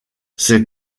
ces